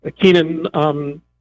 Keenan